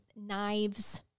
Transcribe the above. knives